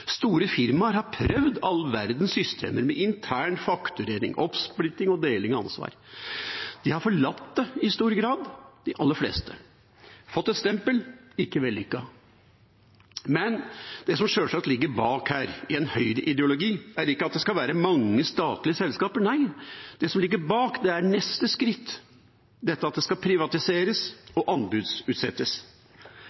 Store firmaer har prøvd all verdens systemer, med intern fakturering, oppsplitting og deling av ansvar. De har forlatt det i stor grad, de aller fleste. Det har fått et stempel: ikke vellykket. Men det som sjølsagt ligger bak her, i en høyreideologi, er ikke at det skal være mange statlige selskaper. Nei, det som ligger bak, er neste skritt – at det skal privatiseres